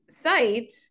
site